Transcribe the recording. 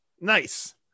nice